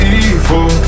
evil